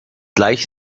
gleich